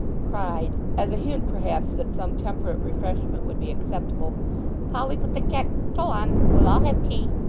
cried as a hint, perhaps, that some temperate refreshment would be acceptable polly put the ket-tle on, we'll all have tea